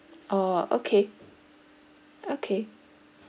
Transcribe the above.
orh okay okay